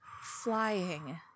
flying